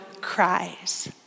cries